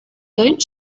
don’t